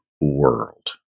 world